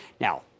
Now